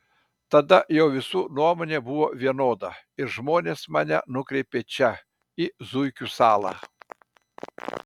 tada jau visų nuomonė buvo vienoda ir žmonės mane nukreipė čia į zuikių salą